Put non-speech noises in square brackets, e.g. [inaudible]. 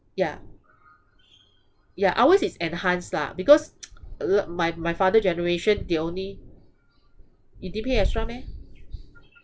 yeah yeah ours is enhanced lah because [noise] l~ my my father generation they only you didn't pay extra meh